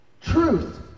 Truth